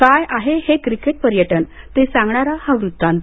काय आहे हे क्रिकेट पर्यटन ते सांगणारा हा वृत्तांत